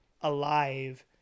alive